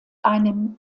einem